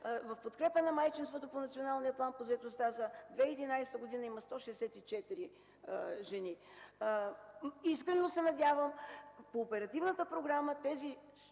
в подкрепа на майчинството по Националния план по заетостта за 2011 г. има 164 жени. Искрено се надявам по оперативната програма тези